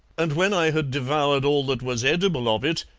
and when i had devoured all that was edible of it,